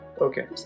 Okay